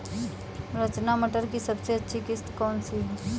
रचना मटर की सबसे अच्छी किश्त कौन सी है?